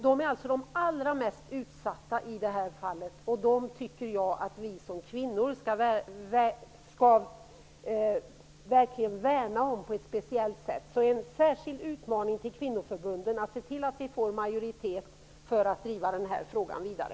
De är de allra mest utsatta i detta fall, och jag tycker att vi som kvinnor verkligen skall värna speciellt om dem. Det är en särskild utmaning för kvinnoförbunden att se till att vi får majoritet för att driva denna fråga vidare.